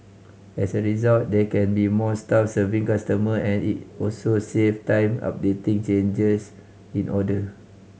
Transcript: as a result there can be more staff serving customer and it also save time updating changes in order